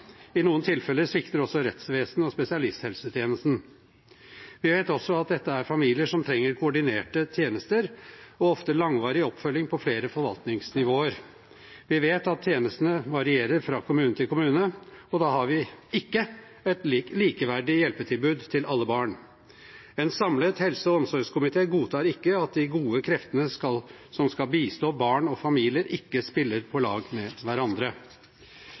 i nære relasjoner. I noen tilfeller svikter også rettsvesenet og spesialisthelsetjenesten. Vi vet også at dette er familier som trenger koordinerte tjenester og ofte langvarig oppfølging på flere forvaltningsnivåer. Vi vet at tjenestene varierer fra kommune til kommune, og da har vi ikke et likeverdig hjelpetilbud til alle barn. En samlet helse- og omsorgskomité godtar ikke at de gode kreftene som skal bistå barn og familier, ikke spiller på lag med hverandre.